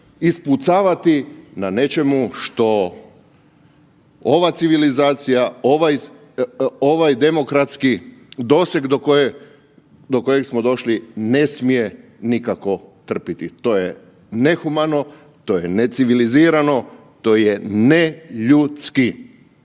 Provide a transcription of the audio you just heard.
ispucavati na nečemu što ova civilizacija, ovaj demokratski doseg do kojeg smo došli ne smije nikako trpiti. To je nehumano, to je neciviliziranom, to je neljudski.